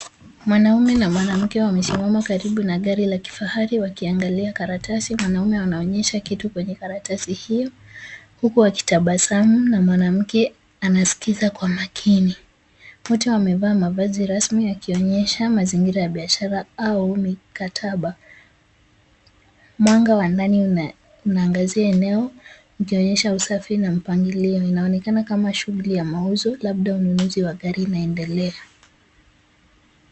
Mwanaume na mwanamke wamesimama karibu na gari la kifahari wakiangalia karatasi. Mwanaume anaonyesha kitu kwenye karatasi hiyo huku wakitabasamu na mwanamke anaskiza kwa makini. Wote wamevaa mavazi rasmi yakionyesha mazingira ya biashara au mikataba. Mwanga wa ndani unaangazia eneo ukionyesha usafi na mpangilio. Inaonekana kama shughuli ya mauzo labda ununuzi wa gari inaendelea.